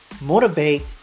motivate